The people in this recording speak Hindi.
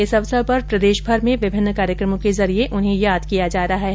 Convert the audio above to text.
इस अवसर पर प्रदेशभर में विभिन्न कार्यक्रमों के जरिये उन्हें याद किया जा रहा है